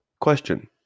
Question